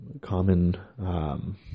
common